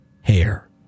hair